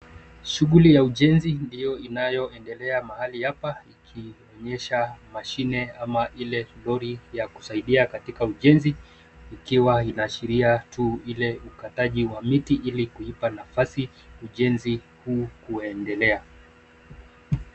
Shughuli ya ujenzi ndio inayoendelea mahali hapa ikionyesha mashine ama ile lori ya kusaidia katika ujenzi ikiwa inaashiria tu ile ukataji wa miti ili kuipa nafasi ujenzi huu kuendelea.